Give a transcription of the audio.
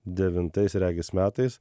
devintais regis metais